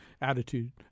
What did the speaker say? attitude